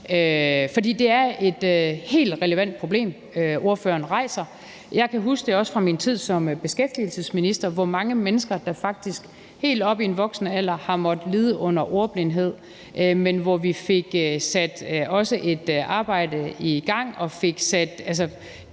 for det er et helt relevant problem, ordføreren rejser. Jeg kan også fra min tid som beskæftigelsesminister huske, hvor mange mennesker der faktisk helt oppe i en voksen alder har måttet lide under ordblindhed, men hvor vi også fik sat et arbejde i gang og fik givet